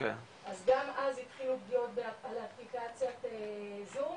אז גם התחילו פגיעות באפליקציית זום